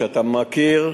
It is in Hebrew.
שאתה מכיר ויודע: